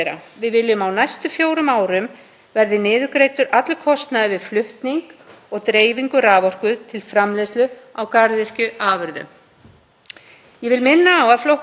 Ég vil minna á að Flokkur fólksins hefur lagt fram frumvarp um niðurgreiðslu á raforku til garðyrkjubænda. Frumvarpið er til umfjöllunar í hv. atvinnuveganefnd